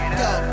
go